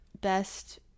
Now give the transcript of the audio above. best